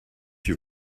you